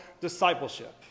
discipleship